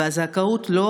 וזכאות לא,